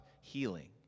healing